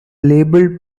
labeled